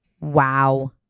wow